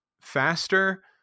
faster